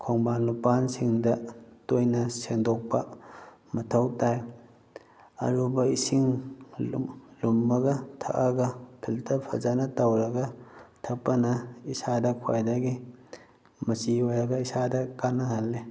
ꯈꯣꯡꯕꯥꯟ ꯂꯨꯛꯄꯥꯟꯁꯤꯡꯗ ꯇꯣꯏꯅ ꯁꯦꯡꯗꯣꯛꯄ ꯃꯊꯧ ꯇꯥꯏ ꯑꯔꯨꯕ ꯏꯁꯤꯡ ꯂꯨꯝꯂꯒ ꯊꯛꯂꯒ ꯐꯤꯜꯇꯔ ꯐꯖꯅ ꯇꯧꯔꯒ ꯊꯛꯄꯅ ꯏꯁꯥꯗ ꯈ꯭ꯋꯥꯏꯗꯒꯤ ꯃꯆꯤ ꯑꯣꯏꯔꯒ ꯏꯁꯥꯗ ꯀꯥꯟꯅꯍꯜꯂꯤ